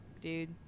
dude